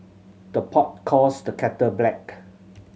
the pot calls the kettle black